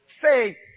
say